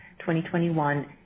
2021